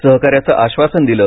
सहकार्याचं आश्वासन दिलं